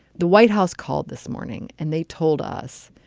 the white house called this morning and they told us,